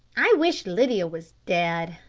i wish lydia was dead,